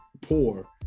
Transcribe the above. poor